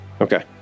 Okay